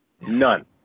none